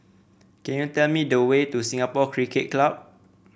can you tell me the way to Singapore Cricket Club